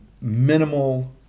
minimal